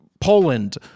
Poland